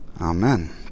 Amen